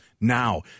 Now